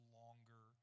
longer